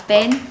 Ben